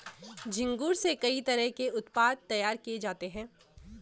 झींगुर से कई तरह के उत्पाद तैयार किये जाते है